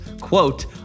quote